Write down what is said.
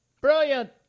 Brilliant